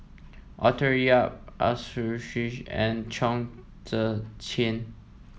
Arthur Yap Arasu and Chong Tze Chien